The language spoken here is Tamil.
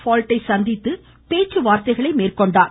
பால்ட்டை சந்தித்து பேச்சுவார்த்தை மேற்கொண்டார்